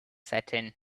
setting